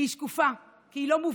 כי היא שקופה, כי היא לא מובנת,